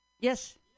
Yes